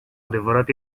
adevărat